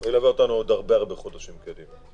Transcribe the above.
וילווה אותנו עוד הרבה הרבה חודשים קדימה.